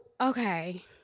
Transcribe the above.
okay